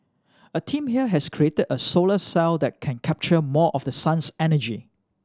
a team here has created a solar cell that can capture more of the sun's energy